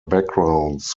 backgrounds